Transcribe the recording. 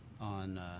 on